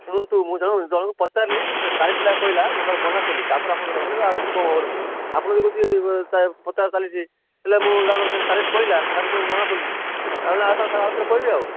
ଶୁଣନ୍ତୁ ମୁଁ ଜଣକୁ ଜଣକୁ ପଚାରିଲି ସେ ଚାଳିଶ ଲେଖା କହିଲା ମୁଁ ତାକୁ ମନା କଲି ତା'ପରେ ଆପଣଙ୍କୁ ଲଗେଇଲି ଆଉ ଟିକିଏ କମ୍ ହେବ ବୋଲି କହିକି ଆପଣ ଦେଖୁଛି ପଚାଶ ଚାଲିଛି ହେଲେ ତାକୁ ସେ ଚାଳିଶ କହିଲା ମୁଁ ମନା କଲି ଆଉ ନା ତାକୁ ଆଉଥରେ କହିବି ଆଉ